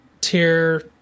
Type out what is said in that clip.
tier